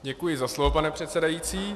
Děkuji za slovo, pane předsedající.